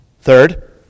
Third